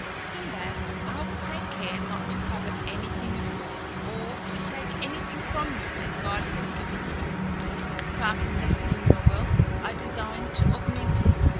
sinbad, i will take care not to covet any thing of yours, or to take any thing from you that god has given you far from lessening your wealth, i design to augment it,